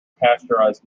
pasteurized